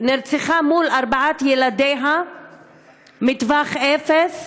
שנרצחה מול ארבעת ילדיה מטווח אפס,